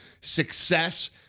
success